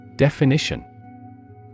Definition